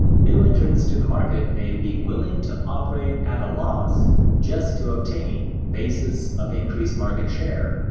new entrants to the market may be willing to operate at-a-loss just to obtain basis of increased market share.